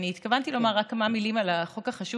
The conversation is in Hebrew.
התכוונתי לומר רק כמה מילים על החוק החשוב